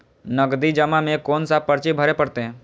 नगदी जमा में कोन सा पर्ची भरे परतें?